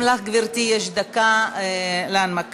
גם לך, גברתי, יש דקה להנמקה.